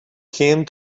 came